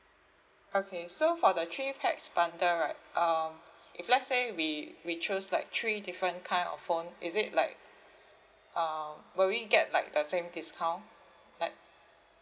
okay so for the three pax bundle right um if let's say we we choose like three different kind of phone is it like uh will we get like the same discount like